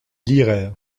liraient